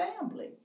family